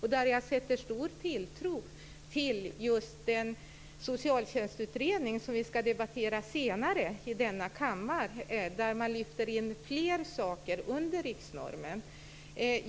Här sätter jag stor tilltro till den socialtjänstutredning som vi ska debattera senare i denna kammare och där man lyfter in fler saker under riksnormen.